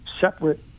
separate